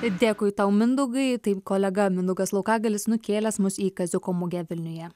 dėkui tau mindaugai taip kolega mindaugas laukagalis nukėlęs mus į kaziuko mugę vilniuje